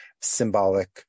symbolic